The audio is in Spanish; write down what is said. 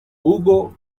hugo